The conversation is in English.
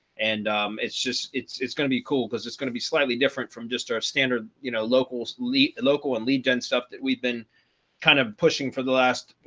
and um it's just, it's it's going to be cool, because it's going to be slightly different from just our standard, you know, local lee local and lead gen stuff that we've been kind of pushing for the last, you